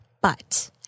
But-